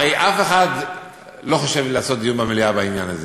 הרי אף אחד לא חושב לעשות דיון במליאה בעניין הזה,